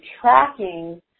tracking